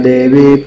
Devi